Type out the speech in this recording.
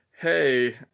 hey